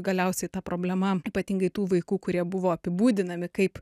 galiausiai ta problema ypatingai tų vaikų kurie buvo apibūdinami kaip